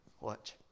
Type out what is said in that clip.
Watch